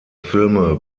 filme